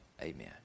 Amen